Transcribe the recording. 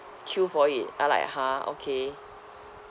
queue for it I'm like !huh! okay